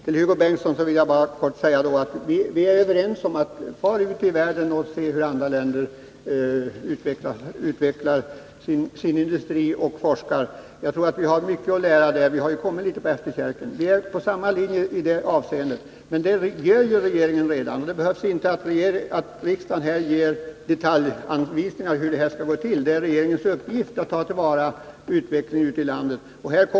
Vi är, Hugo Bengtsson, överens om att man skall fara ut i världen och se hur andra länder utvecklar sin industri och vilket forskningsarbete de bedriver. Jag tror att vi där har mycket att lära, då vi har kommit litet på efterkälken. Hugo Bengtsson och jag är på samma linje i detta avseende. Men regeringen har redan sin uppmärksamhet riktad på detta, industriministern reser ofta och riksdagen behöver inte ge detaljanvisningar om hur denna bevakning av utvecklingen skall gå till. Det är regeringens uppgift att tillvarata utvecklingen ute i de olika länderna.